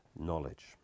knowledge